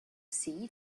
see